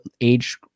age